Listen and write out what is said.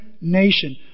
nation